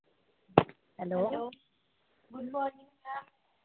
hello good morning madam